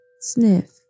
sniff